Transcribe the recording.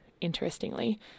interestingly